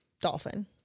dolphin